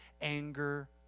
Anger